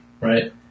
right